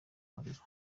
umuriro